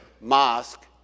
mosque